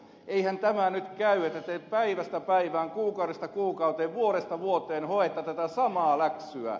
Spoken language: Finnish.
eihän tämä nyt käy että te päivästä päivään kuukaudesta kuukauteen vuodesta vuoteen hoette tätä samaa läksyä